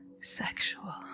sexual